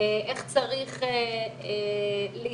איך צריך להתנהל